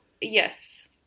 Yes